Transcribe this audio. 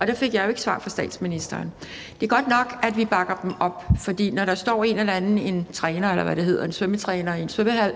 og der fik jeg jo ikke svar fra statsministeren. Det er godt nok, at vi bakker dem op, for når der står en eller anden, en træner, eller hvad det hedder, en svømmelærer i en svømmehal,